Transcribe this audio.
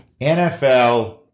NFL